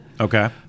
Okay